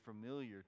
familiar